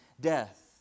death